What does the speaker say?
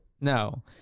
No